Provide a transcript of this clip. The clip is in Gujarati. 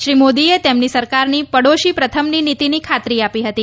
શ્રી મોદીએ તેમની સરકારની પડોશી પ્રથમની નીતિની ખાતરી આપી હતી